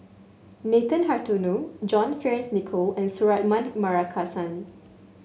Nathan Hartono John Fearns Nicoll and Suratman Markasan